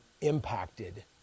impacted